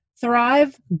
Thrive